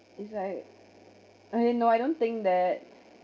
it's like uh you know I don't think that